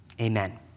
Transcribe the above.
Amen